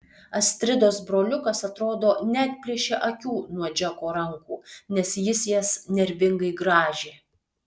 astridos broliukas atrodo neatplėšė akių nuo džeko rankų nes jis jas nervingai grąžė